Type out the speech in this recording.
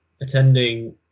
attending